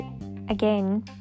again